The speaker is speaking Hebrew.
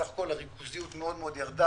בסך הכול הריכוזיות מאוד מאוד ירדה,